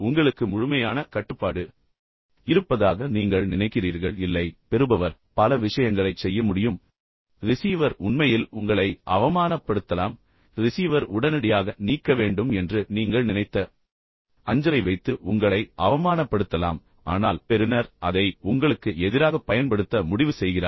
உங்களுக்கு முழுமையான கட்டுப்பாடு இருப்பதாக நீங்கள் நினைக்கிறீர்கள் இல்லை பெறுபவர் பல விஷயங்களைச் செய்ய முடியும் ரிசீவர் உண்மையில் உங்களை அவமானப்படுத்தலாம் ரிசீவர் உடனடியாக நீக்க வேண்டும் என்று நீங்கள் நினைத்த அஞ்சலை வைத்து உங்களை அவமானப்படுத்தலாம் ஆனால் பெறுநர் அதை உங்களுக்கு எதிராகப் பயன்படுத்த முடிவு செய்கிறார்